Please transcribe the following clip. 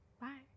bye